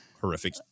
horrific